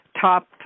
top